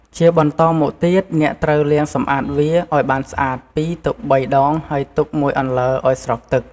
ជាបន្តមកទៀតអ្នកត្រូវលាងសម្អាតវា ឱ្យបានស្អាត ពី ២ ទៅ ៣ ដង ហើយទុកមួយអន្លើឱ្យស្រក់ទឹក។